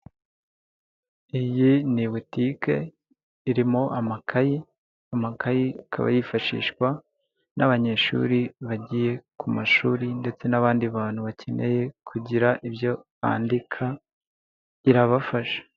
Iyi ni butike, irimo amakayi, amakayi akaba yifashishwa n'abanyeshuri bagiye ku mashuri ndetse n'abandi bantu bakeneye kugira ibyo bandika, irabafasha.